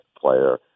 player